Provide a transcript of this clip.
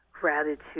gratitude